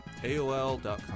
AOL.com